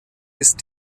ist